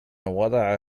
وضع